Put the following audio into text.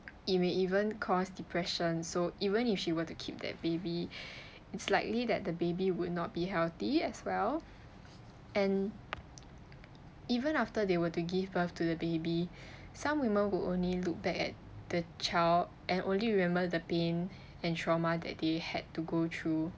it may even cause depression so even if she were to keep that baby it's likely that the baby would not be healthy as well and even after they were to give birth to the baby some women would only look back at the child and only remember the pain and trauma that they had to go through